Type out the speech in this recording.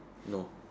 no